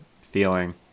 feeling